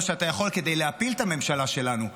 שאתה יכול לכדי להפיל את הממשלה שלנו,